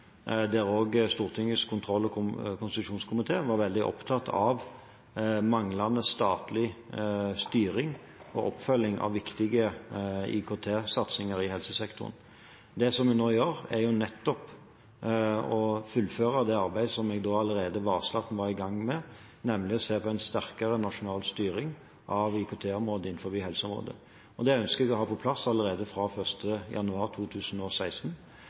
der også Stortingets kontroll- og konstitusjonskomité var veldig opptatt av manglende statlig styring og oppfølging av viktige IKT-satsinger i helsesektoren. Det vi nå gjør, er nettopp å fullføre det arbeidet jeg allerede da varslet at vi var i gang med, nemlig se på en sterkere nasjonal styring av IKT-området på helseområdet. Det ønsker vi å ha på plass allerede fra 1. januar 2016.